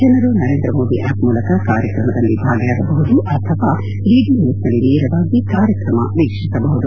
ಜನರು ನರೇಂದ್ರ ಮೋದಿ ಆಪ್ ಮೂಲಕ ಕಾರ್ಯಕ್ರಮದಲ್ಲಿ ಭಾಗಿಯಾಗಬಹುದು ಮತ್ತು ಡಿಡಿ ನ್ಕೂಸ್ ನಲ್ಲಿ ನೇರವಾಗಿ ಕಾರ್ಯಕ್ರಮ ವೀಕ್ಷಿಸಬಹುದು